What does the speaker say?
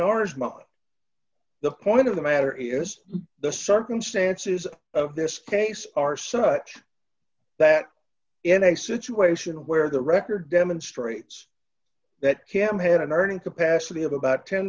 orangeman the point of the matter is the circumstances of this case are such that in a situation where the record demonstrates that cam had an earning capacity of about ten